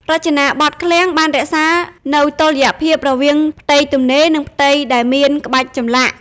រចនាបថឃ្លាំងបានរក្សានូវតុល្យភាពរវាងផ្ទៃទំនេរ និងផ្ទៃដែលមានក្បាច់ចម្លាក់។